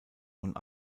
und